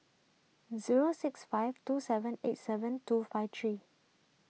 zero six five two seven eight seven two five three